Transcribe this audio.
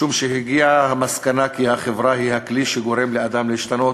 משום שהגיעו למסקנה שהחברה היא הכלי שגורם לאדם להשתנות,